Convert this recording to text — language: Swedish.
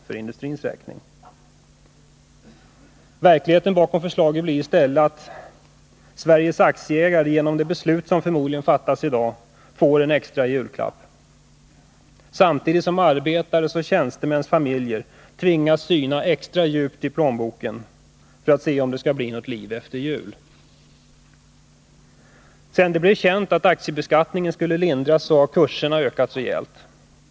55 Verkligheten bakom förslaget blir i stället den att Sveriges aktieägare genom det beslut som förmodligen fattas i dag får en extra julklapp, samtidigt som arbetares och tjänstemäns familjer tvingas titta extra djupt i plånboken för att se om det skall bli ett liv efter jul. Sedan det blev känt att aktiebeskattningen skulle lindras har kurserna ökat rejält.